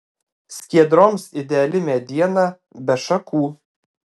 skiedroms ideali mediena be šakų